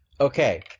Okay